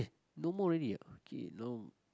no more already ah okay now